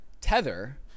tether